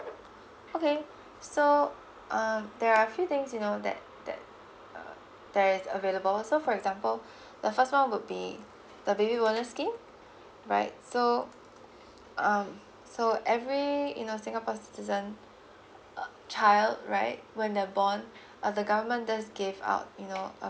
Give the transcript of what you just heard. okay so um there are a few things you know that that uh there is available so for example the first one would be the baby bonus scheme right so um so every you know singapore citizen uh child right when they're born uh the government does gave out you know a